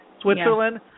Switzerland